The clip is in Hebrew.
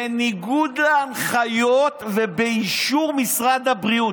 בניגוד להנחיות ובאישור משרד הבריאות.